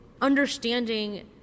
understanding